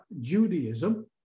Judaism